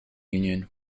union